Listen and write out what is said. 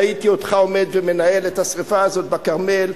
ראיתי אותך עומד ומנהל את השרפה הזאת בכרמל,